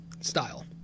style